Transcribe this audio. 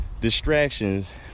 distractions